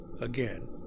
again